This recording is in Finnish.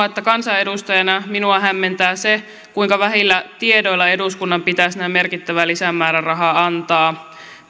että kansanedustajana minua hämmentää se kuinka vähillä tiedoilla eduskunnan pitäisi näin merkittävä lisämääräraha antaa